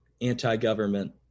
anti-government